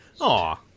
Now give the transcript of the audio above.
Aw